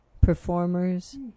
performers